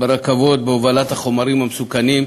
ברכבות, בהובלת חומרים מסוכנים,